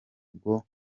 bwo